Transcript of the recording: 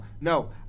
no